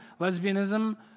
lesbianism